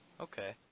Okay